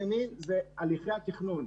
בעיה נוספת היא הליכי התכנון.